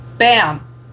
bam